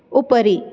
उपरि